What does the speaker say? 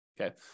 okay